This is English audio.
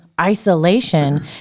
isolation